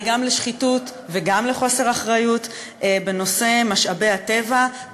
גם לשחיתות וגם לחוסר אחריות בנושא משאבי הטבע,